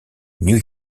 new